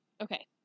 okay